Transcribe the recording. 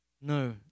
No